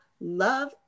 love